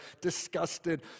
disgusted